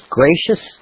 gracious